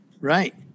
Right